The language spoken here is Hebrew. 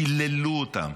קיללו אותם,